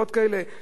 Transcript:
כל זה היה כדאי?